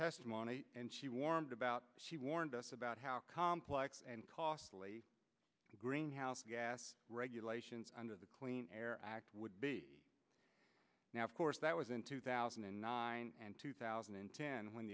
testimony and she warmed about she warned us about how complex and costly the greenhouse gas regulations under the clean air act would be now of course that was in two thousand and nine and two thousand and ten when